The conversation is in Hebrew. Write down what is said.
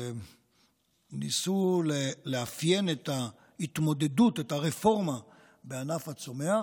ניסו לאפיין את ההתמודדות, את הרפורמה בענף הצומח,